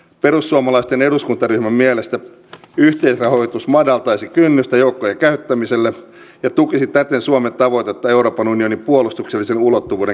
perussuomalaisten eduskuntaryhmän mielestä yhteisrahoitus madaltaisi kynnystä joukkojen käyttämiselle ja tukisi täten suomen tavoitetta euroopan unionin puolustuksellisen ulottuvuuden kehittämisestä